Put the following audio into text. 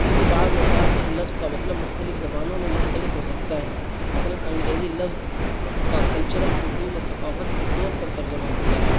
کیونکہ بعض اوقات ایک لفظ کا مطلب مختلف زبانوں میں مختلف ہو سکتا ہے مثلاً انگریزی لفظ کا کلچرل اردو میں ثقافت کے طور پر ترجمہ ہوتا ہے